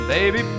Baby